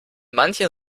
manchen